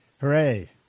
Hooray